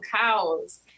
cows